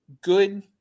good